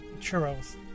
churros